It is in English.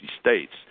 states